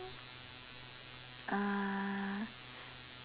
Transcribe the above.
uh